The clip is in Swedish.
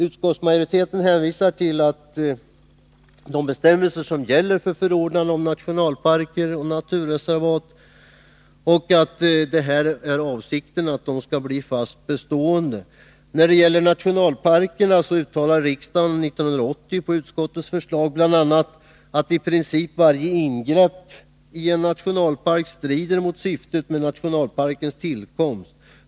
Utskottsmajoriteten hänvisar till de bestämmelser som gäller för förordnande om nationalparker och naturreservat och till att avsikten är att de skall bli fast bestående. När det gäller nationalparkerna uttalade riksdagen 1980 på utskottets förslag bl.a. ”att i princip varje ingrepp i en nationalpark strider mot syftet med nationalparkens tillkomst.